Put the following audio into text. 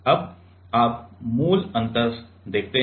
अब आप मूल अंतर देखते हैं